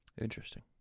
Interesting